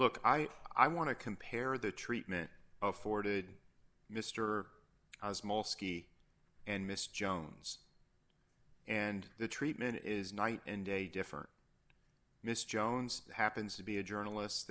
look i want to compare the treatment of forded mr ski and miss jones and the treatment is night and day different mr jones happens to be a journalist